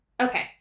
Okay